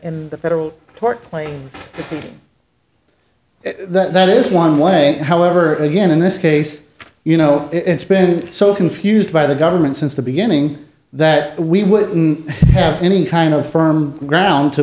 the federal tort claims that is one way however again in this case you know it's been so confused by the government since the beginning that we wouldn't have any kind of firm ground to